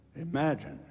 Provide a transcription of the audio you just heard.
imagine